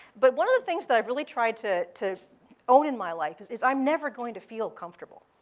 but one of the things but i really tried to to own in my life is is i'm never going to feel comfortable.